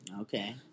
Okay